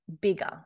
bigger